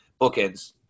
bookends